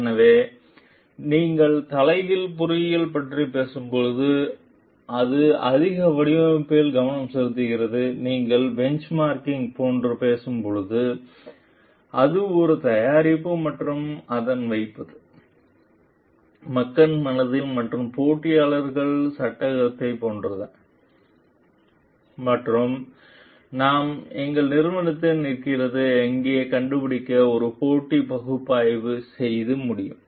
எனவே நீங்கள் தலைகீழ் பொறியியல் பற்றி பேசும் போது அது அதிக வடிவமைப்பு கவனம் செலுத்துகிறது நீங்கள் பெஞ்ச்மார்க்கிங் போன்ற பேசும் போது அது ஒரு தயாரிப்பு மற்றும் அதன் வைப்பது மக்கள் மனதில் மற்றும் போட்டியாளர்கள் சட்டகத்தில் போன்ற மற்றும் நாம் எங்கள் நிறுவனம் நிற்கிறது எங்கே கண்டுபிடிக்க ஒரு போட்டி பகுப்பாய்வு செய்ய முடியும்